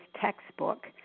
textbook